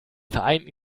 vereinten